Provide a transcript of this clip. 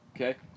Okay